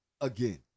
Again